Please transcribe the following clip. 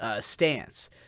stance